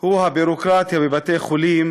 הוא הביורוקרטיה בבתי-חולים,